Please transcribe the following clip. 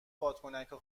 بادکنکا